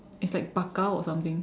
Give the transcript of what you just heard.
it's like paka or something